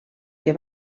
que